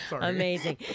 Amazing